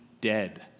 dead